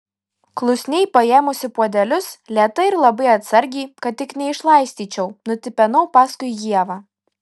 klusniai paėmusi puodelius lėtai ir labai atsargiai kad tik neišlaistyčiau nutipenau paskui ievą